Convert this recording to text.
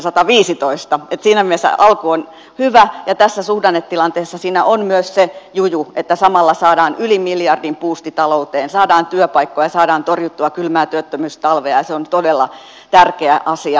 siinä mielessä alku on hyvä ja tässä suhdannetilanteessa siinä on myös se juju että samalla saadaan yli miljardin buusti talouteen saadaan työpaikkoja saadaan torjuttua kylmää työttömyystalvea ja se on todella tärkeä asia